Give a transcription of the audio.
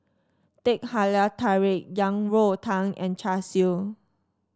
Teh Halia Tarik Yang Rou Tang and Char Siu